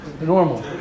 normal